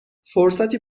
فرصتی